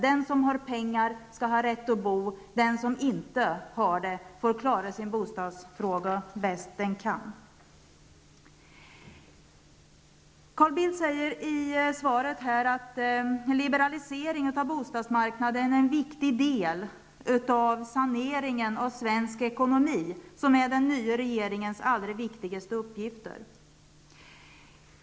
Den som har pengar skall ha rätt att bo, den som inte har det får klara sin bostadsfråga bäst den kan. Carl Bildt säger i svaret att liberaliseringen av bostadsmarknaden är en viktig del av saneringen av svensk ekonomi, som är en av den nya regeringens allra viktigaste uppgifter.